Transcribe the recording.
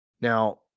now